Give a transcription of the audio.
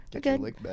good